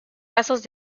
casos